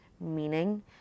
meaning